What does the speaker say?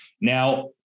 Now